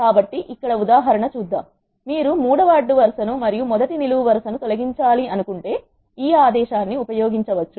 కాబట్టి ఇక్కడ ఉదాహరణ చూద్దాం మీరు మూడవ అడ్డు వరుస ను మరియు మొదటి నిలువు వరుస ను తొలగించాలి అను కుంటే ఈ ఆదేశాన్ని ఉపయోగించవచ్చు